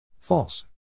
False